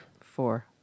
Four